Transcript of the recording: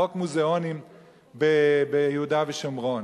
חוק מוזיאונים ביהודה ושומרון.